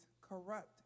corrupt